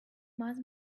must